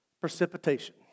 precipitation